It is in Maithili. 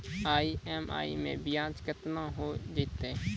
ई.एम.आई मैं ब्याज केतना हो जयतै?